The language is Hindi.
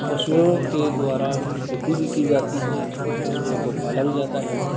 पशुओं के द्वारा खेती भी की जाती है कुछ पशुओं को पाला भी जाता है